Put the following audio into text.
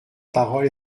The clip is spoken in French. parole